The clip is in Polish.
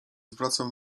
zwracał